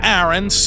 Aaron